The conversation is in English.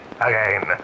again